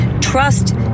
trust